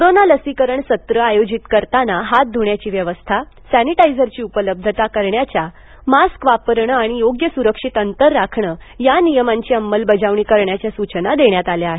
corona लसीकरण सत्र आयोजित करताना हात धुण्याची व्यवस्था सॅनिटायझरची उपलब्धता करण्याच्या मास्क वापरणं आणि योग्य सुरक्षित अंतर राखणं या नियमांची अंमलबजावणी करण्याच्या सूचना देण्यात आल्या आहेत